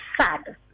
sad